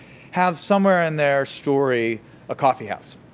have somewhere in their story a coffeehouse.